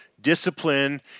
Discipline